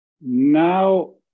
now